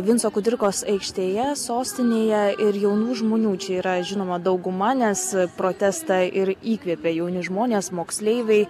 vinco kudirkos aikštėje sostinėje ir jaunų žmonių čia yra žinoma dauguma nes protestą ir įkvepia jauni žmonės moksleiviai